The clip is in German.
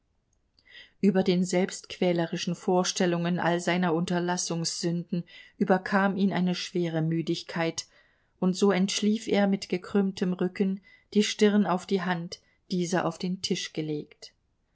über den selbstquälerischen vorstellungen all seiner unterlassungssünden überkam ihn eine schwere müdigkeit und so entschlief er mit gekrümmtem rücken die stirn auf die hand diese auf den tisch gelegt